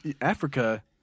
Africa